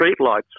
streetlights